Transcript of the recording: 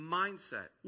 mindset